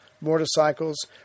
motorcycles